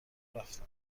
رفتم